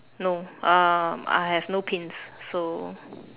no um I have no pins so